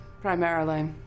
primarily